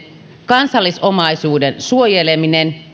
kansallisomaisuuden suojeleminen